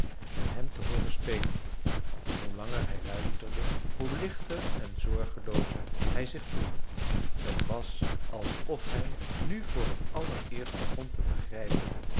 en hem te hooren spelen en hoe langer hij luisterde hoe lichter en zorgeloozer hij zich voelde t was alsof hij nu voor t allereerst begon te begrijpen